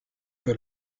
que